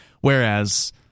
whereas